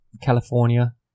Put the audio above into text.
California